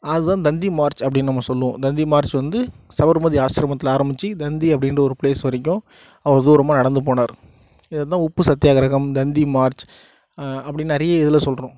அது தான் தந்தி மார்ச் அப்படினு நம்ம சொல்லுவோம் தந்தி மார்ச் வந்து சபர்மதி ஆசிரமத்தில் ஆரம்பித்து தந்தி அப்படின்ற ஒரு பிளேஸ் வரைக்கும் அவ்வளோ தூரமாக நடந்து போவார் இது தான் உப்பு சத்தியாகிரகம் தந்தி மார்ச் அப்படினு நிறைய இதில் சொல்கிறோம்